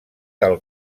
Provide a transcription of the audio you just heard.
del